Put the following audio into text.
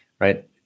right